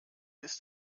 ist